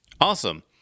Awesome